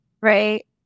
right